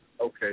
Okay